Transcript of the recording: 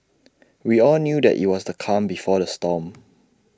we all knew that IT was the calm before the storm